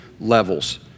levels